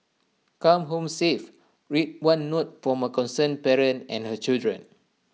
come home safe read one note from A concerned parent and her children